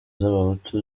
z’abahutu